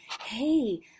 Hey